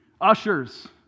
ushers